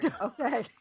Okay